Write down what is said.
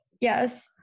Yes